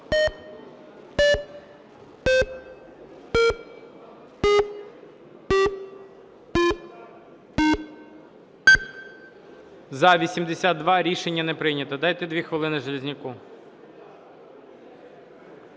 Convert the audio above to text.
За-82 Рішення не прийнято. Дайте 2 хвилини Железняку.